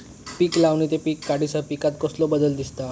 पीक लावणी ते पीक काढीसर पिकांत कसलो बदल दिसता?